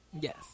Yes